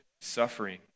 suffering